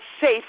safe